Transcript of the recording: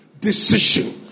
decision